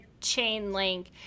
Chainlink